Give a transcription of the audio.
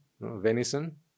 venison